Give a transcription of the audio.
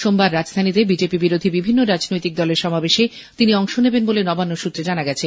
সোমবার রাজধানীতে বিজেপি বিরোধী বিভিন্ন রাজনৈতিক দলের সমাবেশে তিনি অংশ নেবেন বলে নবান্ন সূত্রে জানা গেছে